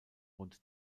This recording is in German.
rund